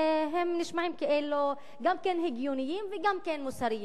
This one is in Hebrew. והם נשמעים כאילו גם הגיוניים וגם מוסריים: